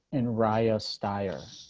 and riaz style.